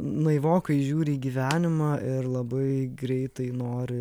naivokai žiūri į gyvenimą ir labai greitai nori